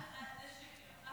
זה שקר.